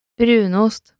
Brunost